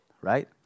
right